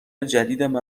جدیدم